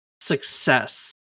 success